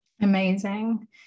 amazing